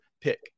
pick